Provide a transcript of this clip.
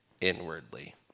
inwardly